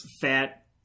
fat